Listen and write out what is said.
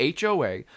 HOA